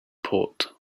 port